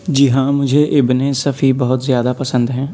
جی ہاں مجھے ابنِ صفی بہت زیادہ پسند ہیں